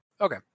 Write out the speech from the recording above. Okay